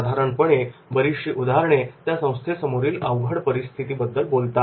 साधारणपणे बरीचशी उदाहरणे त्या संस्थेसमोरील अवघड परिस्थितीबद्दल बोलतात